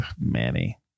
Manny